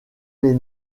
les